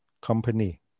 company